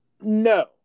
No